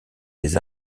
des